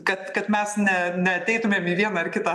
kad kad mes ne neateitumėm į vieną ar kitą